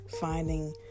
finding